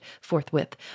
forthwith